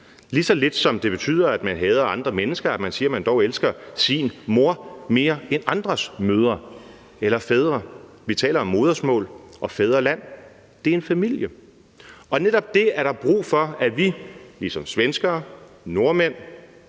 lige så lidt som det betyder, at man hader andre mennesker, når man siger, at man dog elsker sin mor mere end andres mødre eller fædre. Vi taler om modersmål og fædreland – det er en familie. Og netop det er der brug for, at vi ligesom svenskere, nordmænd,